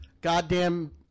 goddamn